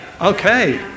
Okay